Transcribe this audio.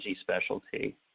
specialty